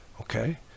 Okay